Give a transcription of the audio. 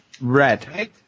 Red